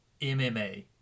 MMA